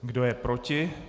Kdo je proti?